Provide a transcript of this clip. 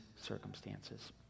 circumstances